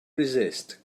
resist